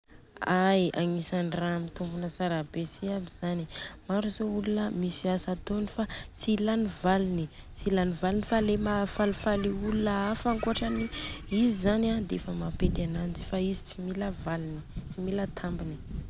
Ai agnisany ra mitombona tsara be si aby zany. Maro zô olona misy asa atôny fa tsy ilany valiny tsy ilany valiny fa le maha faly faly i olona hafa ankoatrany izy zany an defa mampety ananjy, fa izy tsy mila valiny, tsy mila tambiny.